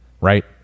right